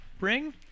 ring